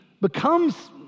becomes